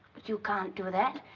you can't do that.